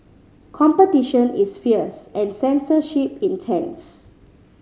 competition is fierce and censorship intense